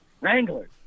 Wranglers